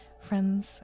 Friends